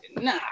Nah